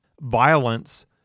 violence—